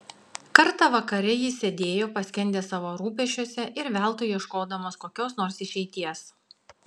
kartą vakare jis sėdėjo paskendęs savo rūpesčiuose ir veltui ieškodamas kokios nors išeities